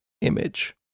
image